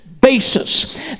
basis